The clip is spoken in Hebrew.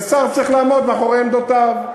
ושר צריך לעמוד מאחורי עמדותיו.